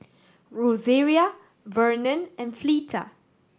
Rosaria Vernon and Fleeta